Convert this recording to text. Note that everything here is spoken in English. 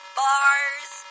bars